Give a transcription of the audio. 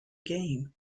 game